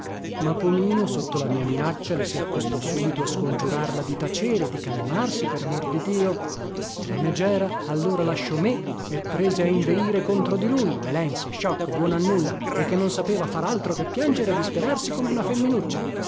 ma pomino sotto la mia minaccia le si accostò subito a scongiurarla di tacere di calmarsi per amor di dio la megera allora lasciò me e prese a inveire contro di lui melenso sciocco buono a nulla e che non sapeva far altro che piangere e disperarsi come una femminuccia